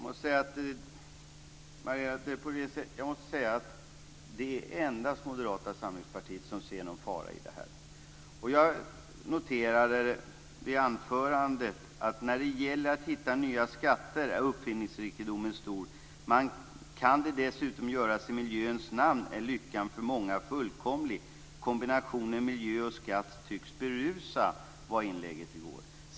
Fru talman! Det är endast Moderata samlingspartiet som ser någon fara i detta, Marietta de Pourbaix Jag noterade i mitt anförande att när det gäller att hitta nya skatter är uppfinningsrikedomen stor. Går det att göra det i miljöns namn är lyckan för många fullkomlig. Kombinationen miljö och skatt tycks berusa sades det i inlägget i går.